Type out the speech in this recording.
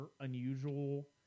unusual